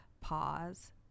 pause